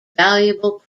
valuable